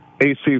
AC